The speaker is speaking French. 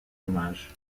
hommage